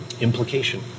implication